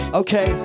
okay